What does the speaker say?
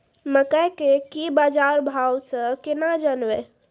मकई के की बाजार भाव से केना जानवे?